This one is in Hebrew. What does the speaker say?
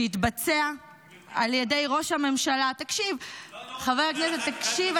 שהתבצע על ידי ראש הממשלה -- גברתי השרה --- תקשיב,